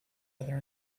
other